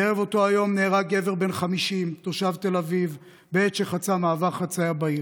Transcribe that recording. בערב אותו היום נהרג גבר בן 50 תושב תל אביב בעת שחצה מעבר חציה בעיר.